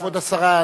כבוד השרה,